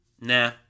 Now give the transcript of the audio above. nah